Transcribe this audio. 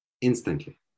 instantly